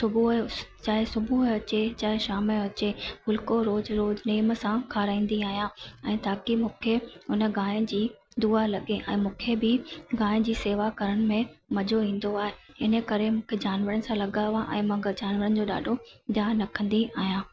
सुबुह जो चाहे सुबुह जो अचे चाहे शाम जो अचे फुलिको रोज़ु रोज़ु नियम सां खाराईंदी आहियां ऐं ताकी मूंखे उन गांइ जी दुआ लॻे ऐं मूंखे बि गांइ जी सेवा करण में मज़ो ईंदो आहे इने करे मूंखे जानवरनि सां लगाव आहे ऐं मां जानवरनि जो ॾाढो ध्यानु रखंदी आहियां